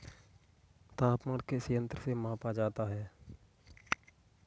तापमान किस यंत्र से मापा जाता है?